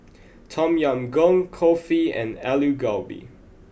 Tom Yam Goong Kulfi and Alu Gobi